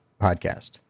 podcast